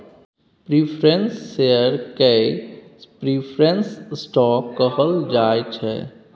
preference share केँ preference stock कहल जाइ छै